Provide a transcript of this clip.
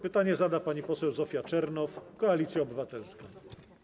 Pytanie zada pani poseł Zofia Czernow, Koalicja Obywatelska.